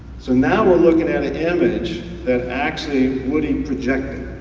so now we're looking at an image that actually woody projected,